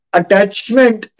attachment